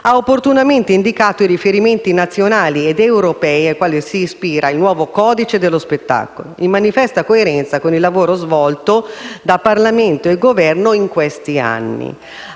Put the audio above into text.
ha opportunamente indicato i riferimenti nazionali ed europei ai quali si ispira il nuovo codice dello spettacolo, in manifesta coerenza con il lavoro svolto da Parlamento e Governo in questi anni.